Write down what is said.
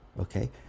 okay